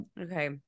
Okay